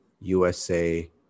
USA